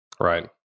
Right